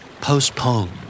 Postpone